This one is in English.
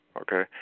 Okay